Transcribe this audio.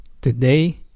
Today